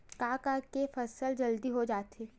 का का के फसल जल्दी हो जाथे?